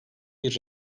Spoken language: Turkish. bir